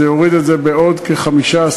זה יוריד את זה בעוד כ-15%,